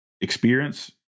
experience